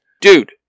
Dude